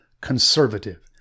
conservative